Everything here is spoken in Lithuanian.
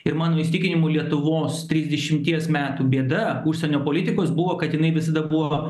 ir mano įsitikinimu lietuvos trisdešimties metų bėda užsienio politikos buvo kad jinai visada buvo